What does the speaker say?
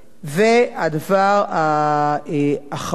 והדבר האחרון,